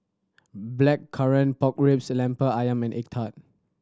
Blackcurrant Pork Ribs Lemper Ayam and egg tart